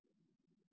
80